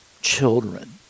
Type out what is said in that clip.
children